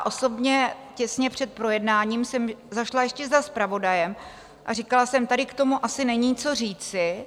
Osobně těsně před projednáním jsem zašla ještě za zpravodajem a říkala jsem: Tady k tomu asi není co říci.